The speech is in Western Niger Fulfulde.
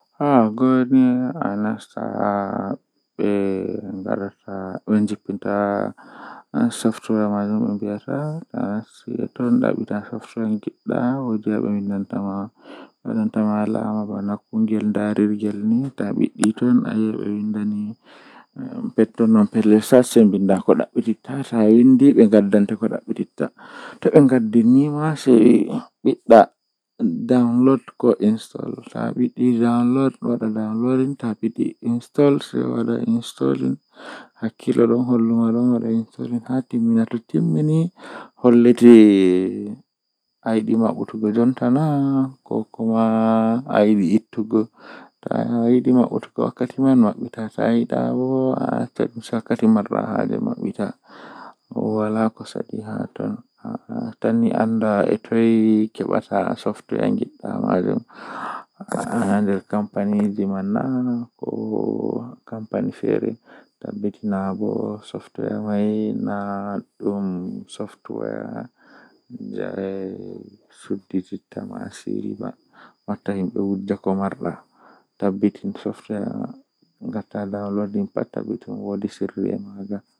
Eh wuro jei welatami mi mimedai yahugo nden mi yidi yahugo bano mi yecci haa baawo kanjum woni kaaba wuro makka.